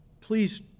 please